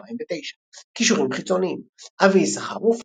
2009 קישורים חיצוניים אבי יששכרוף,